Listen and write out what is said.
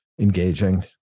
engaging